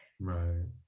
Right